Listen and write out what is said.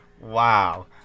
Wow